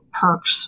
perks